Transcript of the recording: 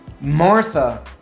Martha